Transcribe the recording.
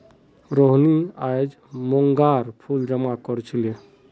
रोहिनी अयेज मोंगरार फूल जमा कर छीले